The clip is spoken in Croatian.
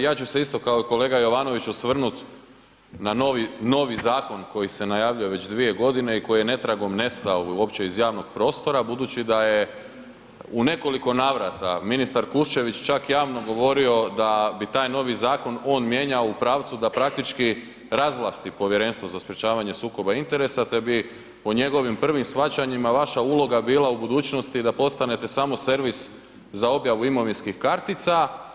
Ja ću se isto, kao i kolega Jovanović osvrnuti na novi zakon koji se najavljuje već 2 godine i koji je netragom nestao uopće iz javnog prostora budući da je u nekoliko navrata ministar Kuščević čak javno govorio da bi taj novi zakon on mijenjao u pravcu da praktičku razvlasti Povjerenstvo za sprječavanje sukoba interesa te bi po njegovim prvim shvaćanjima vaša uloga bila u budućnosti da postanete samo servis za objavu imovinskih kartica.